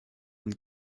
und